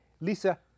Lisa